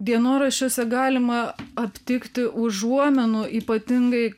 dienoraščiuose galima aptikti užuominų ypatingai